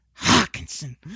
hawkinson